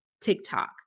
TikTok